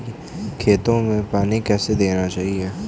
खेतों में पानी कैसे देना चाहिए?